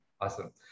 Awesome